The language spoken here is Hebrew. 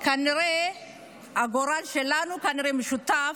כנראה הגורל שלנו משותף.